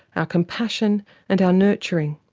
our compassion and our nurturing.